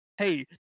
Hey